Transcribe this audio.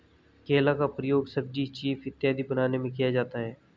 केला का प्रयोग सब्जी चीफ इत्यादि बनाने में किया जाता है